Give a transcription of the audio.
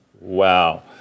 Wow